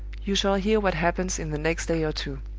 you shall hear what happens in the next day or two.